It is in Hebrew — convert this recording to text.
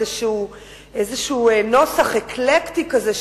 איזה נוסח אקלקטי כזה,